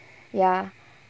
ya